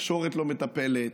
התקשורת לא מטפלת,